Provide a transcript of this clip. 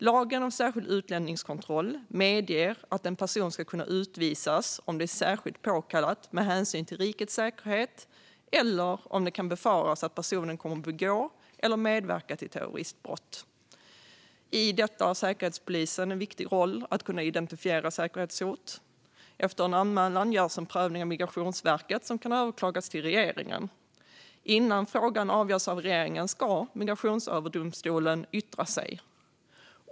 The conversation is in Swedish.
Lagen om särskild utlänningskontroll medger att en person kan utvisas om det är särskilt påkallat med hänsyn till rikets säkerhet eller om det kan befaras att personen kommer att begå eller medverka till terroristbrott. I detta sammanhang har säkerhetspolisen en viktig roll när det gäller att identifiera säkerhetshot. Efter en anmälan görs en prövning av Migrationsverket, som kan överklagas till regeringen. Innan frågan avgörs av regeringen ska Migrationsöverdomstolen yttra sig.